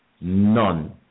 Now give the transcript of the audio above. none